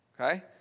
okay